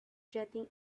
jetting